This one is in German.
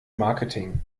marketing